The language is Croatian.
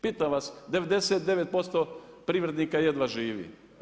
Pitam vas 99% privrednika jedva živi.